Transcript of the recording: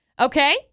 Okay